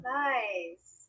nice